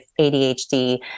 ADHD